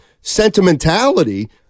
sentimentality